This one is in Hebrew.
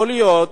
יכול להיות